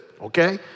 okay